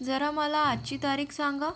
जरा मला आजची तारीख सांगा